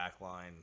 backline